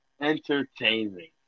Entertaining